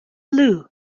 blue